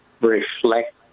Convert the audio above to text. reflect